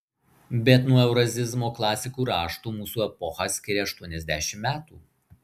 bet nuo eurazizmo klasikų raštų mūsų epochą skiria aštuoniasdešimt metų